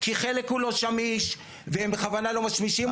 כי חלק הוא לא שמיש והם בכוונה לא משמישים אותו.